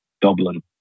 Dublin